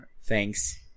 Thanks